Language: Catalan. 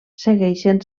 segueixen